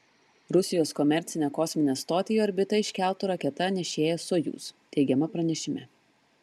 rusijos komercinę kosminę stotį į orbitą iškeltų raketa nešėja sojuz teigiama pranešime